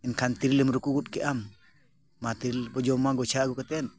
ᱮᱱᱠᱷᱟᱱ ᱛᱮᱨᱮᱞᱮᱢ ᱨᱩᱠᱩ ᱜᱚᱫ ᱠᱮᱫᱼᱟᱢ ᱢᱟ ᱛᱮᱨᱮᱞ ᱵᱚ ᱡᱚᱢᱟ ᱜᱚᱪᱷᱟ ᱟᱹᱜᱩ ᱠᱟᱛᱮᱫ